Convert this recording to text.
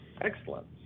Excellent